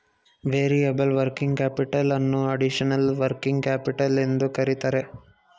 variable working capital ಅನ್ನೋ additional working capital ಎಂದು ಕರಿತರೆ